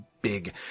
big